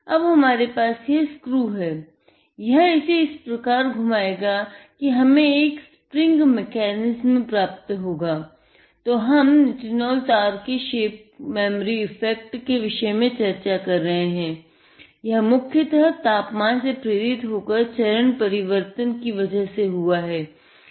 अब हमारे पास यह स्क्रू है तो यह इसे इस प्रकार घुमायेगा कि हमे एक स्प्रिंग मेकेनिस्म की वजह से हुआ है